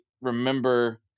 remember